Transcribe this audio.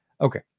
Okay